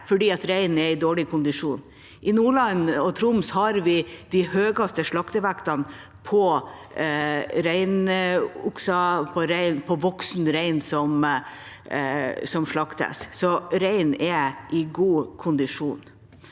fordi reinen er i dårlig kondisjon. I Nordland og Troms har vi de høyeste slaktevektene på reinokser, på voksen rein som slaktes, så reinen er i god kondisjon.